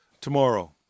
tomorrow